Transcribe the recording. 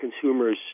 consumers